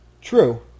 True